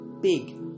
big